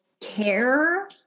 care